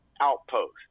outpost